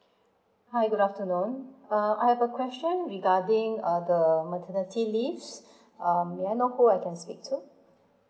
hi good afternoon uh I have a question regarding uh the maternity leave um may I know who I can speak to